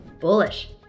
bullish